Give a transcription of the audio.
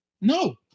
No